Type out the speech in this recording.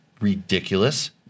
ridiculous